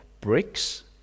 bricks